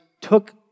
took